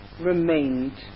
remained